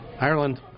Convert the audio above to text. Ireland